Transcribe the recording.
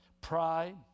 Pride